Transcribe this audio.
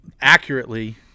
accurately